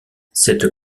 cette